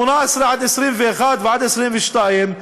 18 עד 21 ועד 22,